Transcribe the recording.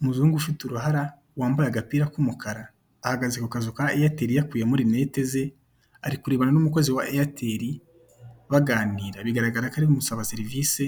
Umuzungu ufite uruhara wambaye agapira k'umukara, ahagaze ku kazu ka eyateri yakuyemo rinete ze., ari kurebana n'umukozi wa eyateri baganira; bigaragara ko ari kumusaba serivise